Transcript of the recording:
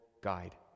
guide